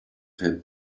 him